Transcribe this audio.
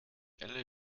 elle